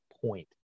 point